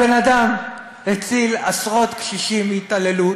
הבן-אדם הציל עשרות קשישים מהתעללות,